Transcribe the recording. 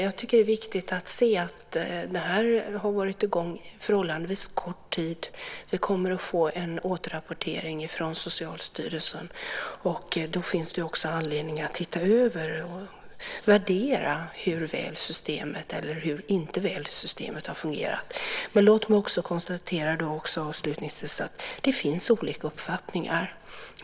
Jag tycker att det är viktigt att inse att detta har varit i gång förhållandevis kort tid. Vi kommer att få en återrapportering från Socialstyrelsen. Då finns det också anledning att titta över och värdera om systemet har fungerat väl eller inte. Låt mig också avslutningsvis konstatera att det finns olika uppfattningar.